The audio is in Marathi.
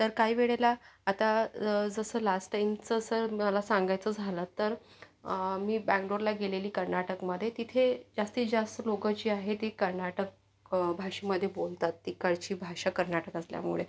तर काही वेळेला आता जसं लास्ट टाइमचं असं मला सांगायचं झालं तर मी बंगलोरला गेलेली कर्नाटकमध्ये तिथे जास्तीत जास्त लोकं जी आहे ती कर्नाटक भाषेमध्ये बोलतात तिकडची भाषा कर्नाटक असल्यामुळे